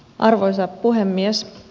arvoisa puhemies